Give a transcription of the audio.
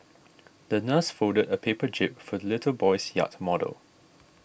the nurse folded a paper jib for little boy's yacht model